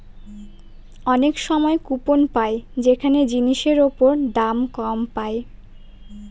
অনেক সময় কুপন পাই যেখানে জিনিসের ওপর দাম কম পায়